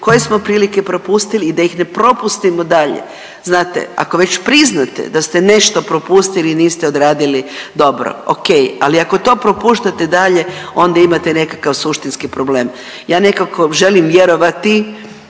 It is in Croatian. koje smo prilike propustili i da ih ne propustimo dalje. Znate, ako već priznate da ste nešto propustili i niste odradili dobro, okej, ali ako to propuštate dalje, onda imate nekakav suštinski problem. Ja nekako želim vjerovati